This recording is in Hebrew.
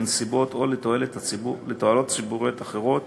לנסיבות או לתועלות ציבוריות אחרות